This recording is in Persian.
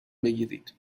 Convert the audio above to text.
بگیرید